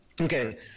Okay